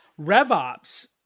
RevOps